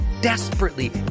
desperately